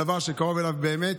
דבר שקרוב אליו באמת,